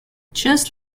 just